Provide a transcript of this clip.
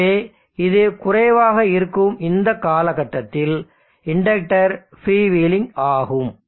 எனவே இது குறைவாக இருக்கும் இந்த காலகட்டத்தில் இண்டக்டர் ஃப்ரீவீலிங் ஆகும்